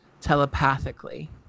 telepathically